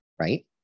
right